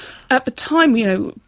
at the time, you know,